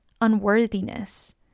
unworthiness